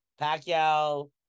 Pacquiao